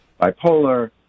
bipolar